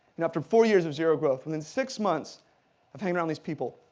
and after four years of zero growth, within six months of hanging around these people,